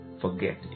forget